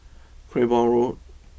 Cranborne Road